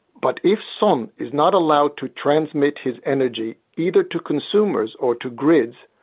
but if son is not allowed to transmit his energy either to consumers or to grids,